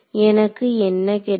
எனக்கு என்ன கிடைக்கும்